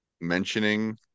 mentioning